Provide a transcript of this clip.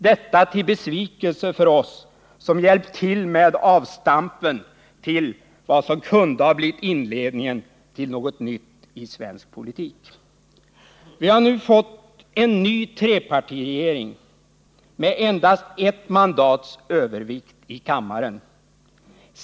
Detta till besvikelse för oss, som hjälpt till med avstampen till vad som kunde ha blivit inledningen till något nytt i svensk politik. Vi har nu fått en ny trepartiregering med endast ett mandats övervikt i kammaren.